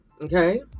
Okay